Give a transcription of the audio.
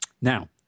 now